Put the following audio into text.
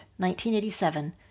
1987